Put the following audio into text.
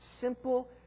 simple